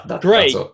Great